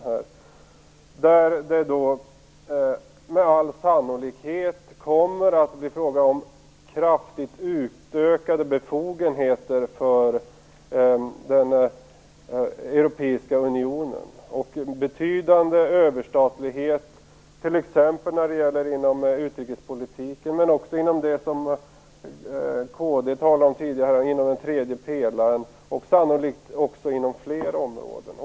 Där kommer det med all sannolikhet att bli fråga om kraftigt utökade befogenheter för den europeiska unionen och en betydande överstatlighet, t.ex. inom utrikespolitiken men också inom det som Kristdemokraterna talade om tidigare, nämligen inom den tredje pelaren, och sannolikt också på flera områden.